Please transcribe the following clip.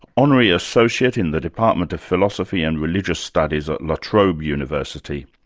honorary associate in the department of philosophy and religious studies at la trobe university.